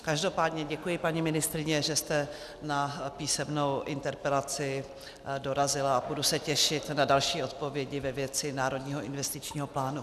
Každopádně děkuji, paní ministryně, že jste na písemnou interpelaci dorazila, a budu se těšit na další odpovědi ve věci Národního investičního plánu.